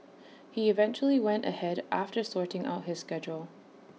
he eventually went ahead after sorting out his schedule